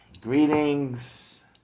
greetings